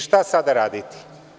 Šta sada raditi?